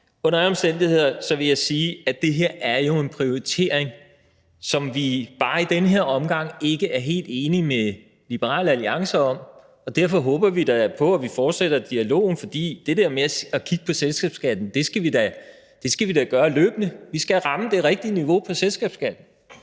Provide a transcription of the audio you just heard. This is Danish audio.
Under alle omstændigheder vil jeg sige, at det her jo er en prioritering, som vi bare i den her omgang ikke er helt enige med Liberal Alliance i, og derfor håber vi da, at vi fortsætter dialogen. For det dér med at kigge på at kigge på selskabsskatten skal vi da gøre løbende. Vi skal ramme det rigtige niveau for selskabsskatten.